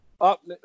up